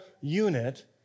unit